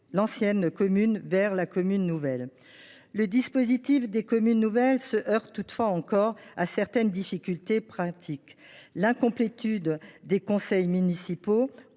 l’ancienne commune vers la commune nouvelle. Le dispositif des communes nouvelles se heurte toutefois encore à certaines difficultés pratiques. L’incomplétude des conseils municipaux